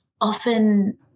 often